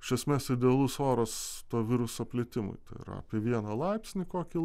iš esmės idealus oras to viruso plitimui tai yra apie vieną laipsnį kokį